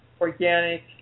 organic